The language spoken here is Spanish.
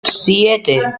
siete